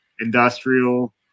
industrial